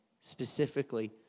specifically